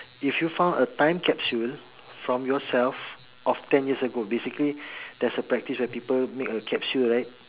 if you found a time capsule from yourself of ten years ago basically there's a practice where people make a capsule right